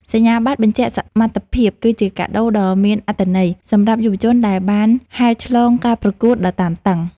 សញ្ញាបត្របញ្ជាក់សមត្ថភាពគឺជាកាដូដ៏មានអត្ថន័យសម្រាប់យុវជនដែលបានហែលឆ្លងការប្រកួតដ៏តានតឹង។